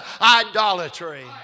idolatry